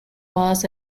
was